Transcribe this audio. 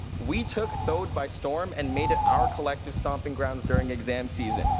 we took thode by storm and made it our collective stomping grounds during exam season.